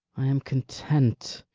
i am content,